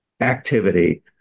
activity